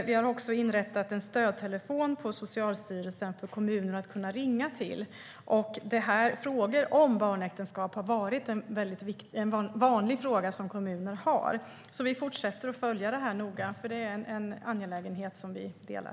Vi har också inrättat en stödtelefon på Socialstyrelsen som kommunerna ska kunna ringa till, och barnäktenskap är en vanlig fråga som kommuner har. Vi fortsätter att följa frågan noga, för det är en angelägenhet som vi delar.